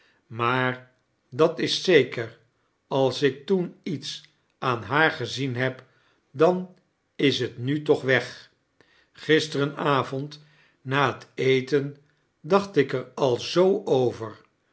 maar dat is zeker als ik toen lets aan haar gezien heb dan is t nu toch weg gisteren avond na het eten dacht ik er al zoo over